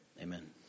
Amen